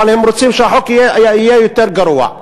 אבל הם רוצים שהחוק יהיה יותר גרוע.